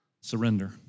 Surrender